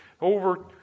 over